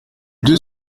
deux